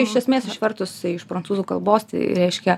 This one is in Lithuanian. iš esmės išvertus iš prancūzų kalbos tai reiškia